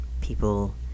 people